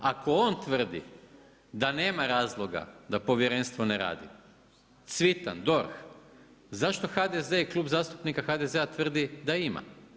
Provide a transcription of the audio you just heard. Ako on tvrdi da nema razloga da povjerenstvo ne radi, Cvitan, DORH, zašto HDZ i Klub zastupnika HDZ-a tvrdi da ima?